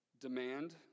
demand